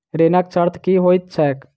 ऋणक शर्त की होइत छैक?